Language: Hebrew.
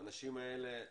האנשים האלה,